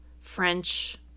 French